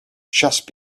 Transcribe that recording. just